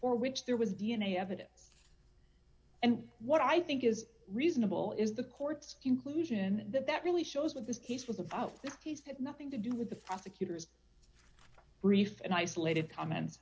for which there was d n a evidence and what i think is reasonable is the court's conclusion that that really shows with this case was about this case had nothing to do with the prosecutor's brief and isolated comments